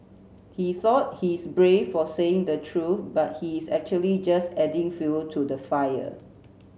he thought he's brave for saying the truth but he's actually just adding fuel to the fire